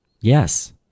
yes